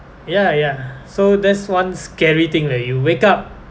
ya ya so that's one scary thing that you wake up